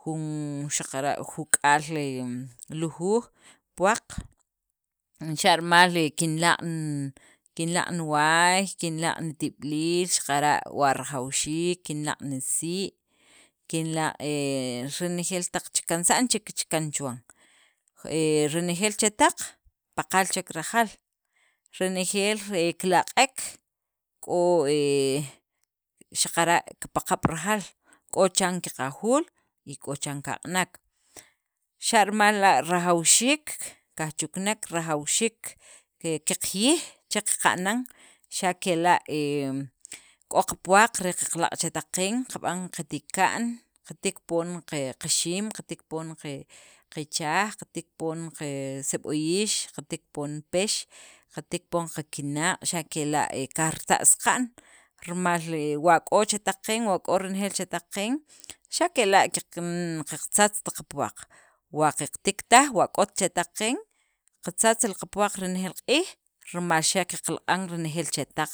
Jun, xaqara' juk'aal he lujuuj puwaq, xa' rimal he kinlaq' kinlaq' niwaay, nitib'iliil xaqara' wa rajawxiik kinlaq' nisii', xaqara' kinlaq' renejeel chakansa'n che kichakan chuwan, he renejeel chetaq paqal che rajaal, renejeel he kilaq'ek k'o he xaqara' kipaqab' rajaal, k'o chiran kiqajuul, y k'o chiran kaq'nek, xa' rimal la' rajawxiik kajchuknek, rajawxiik qaqjiyij che qaqana'n xa' kela' he k'o qapuwaq re qaqlaq' chetaq qeen qab'an qatika'n, qatiik poon qe qaxiim, qatiik poon qe qichaaj, qatiik poon qe seb'oyix, qatiik poon pex, qatiik poon qakinaq', xa' kela' he qajrita' saqa'n rimal he wa k'o chetaq qeen, wa k'o renejeel chetaq qeen xa' kela' qeq n qatzatzt qapuwaq, wa keqtiik taj wa k'ot chetaq qeen, qatzatz li qapuwaq renejeel q'iij rimal xa' qalaq'an renejeel li chetaq,